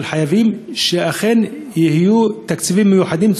אבל חייבים שאכן יהיו תקציבים מיוחדים,